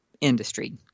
industry